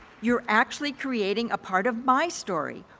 you're actually creating a part of my story,